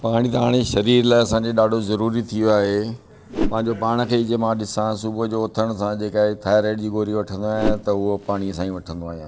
पाणी त हाणे शरीर जे लाइ असांजे ॾाढो ज़रूरी थी वियो आहे पंहिंजो पाण खे ई जे मां ॾिसां सुबुह जो उथण सां जेका आहे थायराइड जी गोरी वठिंदो आहियां त उहो पाणीअ सां ई वठिंदो आहियां